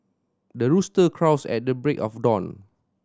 the rooster crows at the break of dawn